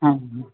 हां हां